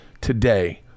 today